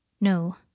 No